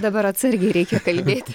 dabar atsargiai reikia kalbėti